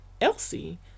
Elsie